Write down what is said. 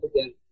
again